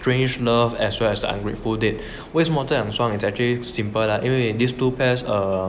strange nerve as well as the ungrateful date 为什么这两双 it's actually simple lah 因为 these two pairs um